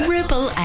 Ripple